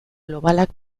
globalak